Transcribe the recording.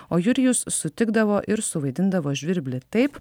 o jurijus sutikdavo ir suvaidindavo žvirblį taip